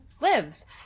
lives